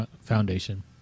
Foundation